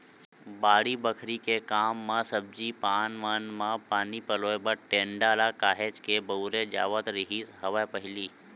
बाड़ी बखरी के काम म सब्जी पान मन म पानी पलोय बर टेंड़ा ल काहेच के बउरे जावत रिहिस हवय पहिली